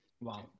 Wow